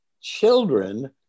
children